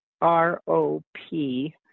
R-O-P